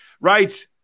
Right